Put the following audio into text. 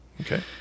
okay